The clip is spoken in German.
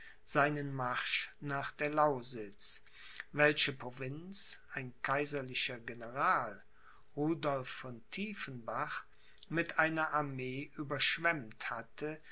seinen marsch nach der lausitz welche provinz ein kaiserlicher general rudolph von tiefenbach mit einer armee überschwemmt hatte